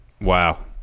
wow